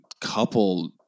couple